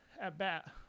at-bat